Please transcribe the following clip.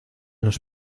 los